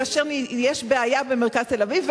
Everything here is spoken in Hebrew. כאשר יש בעיה במרכז תל-אביב,